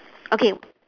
okay